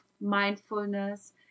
mindfulness